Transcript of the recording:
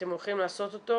שאתם הולכים לעשות אותו